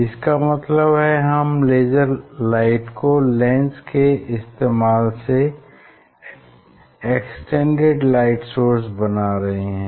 इसका मतलब है हम लेज़र लाइट को लेंस के इस्तेमाल से एक्सटेंडेड लाइट सोर्स बना रहे हैं